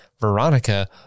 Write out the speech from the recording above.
Veronica